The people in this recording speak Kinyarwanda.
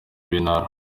b’intara